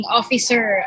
officer